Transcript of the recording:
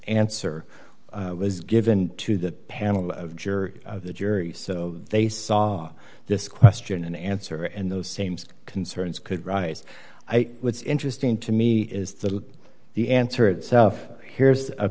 answer was given to the panel of juror the jury so they saw this question and answer and those same concerns could rise was interesting to me is that the answer itself here's a